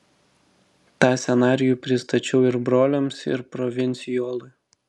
tą scenarijų pristačiau ir broliams ir provincijolui